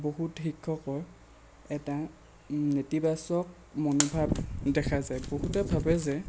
বহুত শিক্ষকৰ এটা নেতিবাচক মনোভাৱ দেখা যায় বহুতে ভাৱে যে